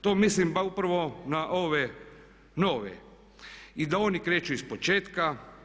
To mislim, ma upravo na ove nove i da oni kreću iz početka.